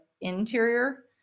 interior